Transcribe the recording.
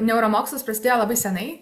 neuromokslus prasidėjo labai senai